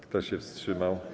Kto się wstrzymał?